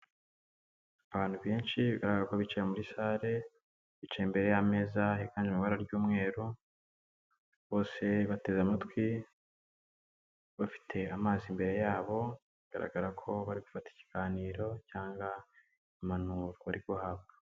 Abantu benshi bigaragara ko bicaye muri salle, bicaye imbere y'ameza ari kandi mu ibara ry'umweru, bose bateze amatwi bafite amazi imbere yabo, bigaragara ko bari gufata ikiganiro cyangwa impanuro bari guhabwa.